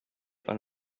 old